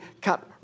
cut